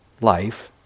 life